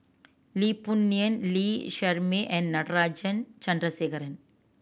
Lee Boon Ngan Lee Shermay and Natarajan Chandrasekaran